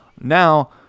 Now